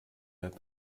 hat